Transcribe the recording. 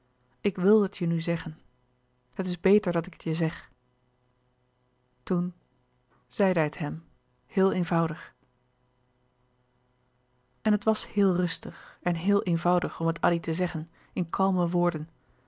ik wil het je nu zeggen het is beter dat ik het je zeg toen zeide hij het hem heel eenvoudig en het was heel rustig en heel eenvoudig om het addy te zeggen in kalme woorden